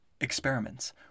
experiments